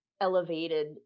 elevated